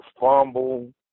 fumble